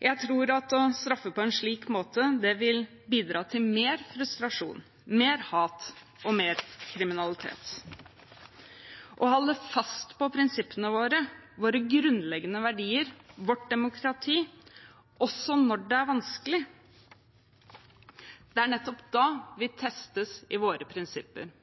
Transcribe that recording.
Jeg tror at å straffe på en slik måte vil bidra til mer frustrasjon, mer hat og mer kriminalitet. Å holde fast ved prinsippene våre, våre grunnleggende verdier og vårt demokrati også når det er vanskelig – det er nettopp da vi testes i våre prinsipper.